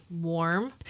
warm